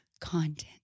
content